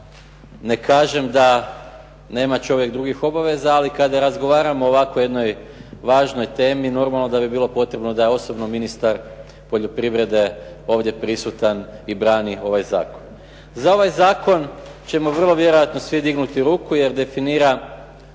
Ne kažem da nema čovjek drugih obaveza, ali kada razgovaramo o ovako jednoj važnoj temi normalno da bi bilo potrebno da osobno ministar poljoprivrede ovdje prisutan i brani ovaj zakon. Za ovaj zakon ćemo vrlo vjerojatno svi dignuti ruku jer definira